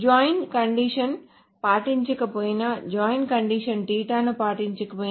join కండిషన్ను పాటించకపోయినా join condition ను పాటించకపోయినా